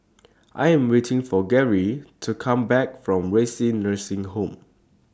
I Am waiting For Garry to Come Back from Renci Nursing Home